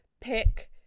pick